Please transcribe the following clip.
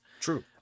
true